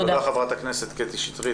תודה חברת הכנסת קטי שטרית.